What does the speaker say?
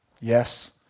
yes